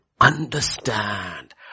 understand